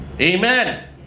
amen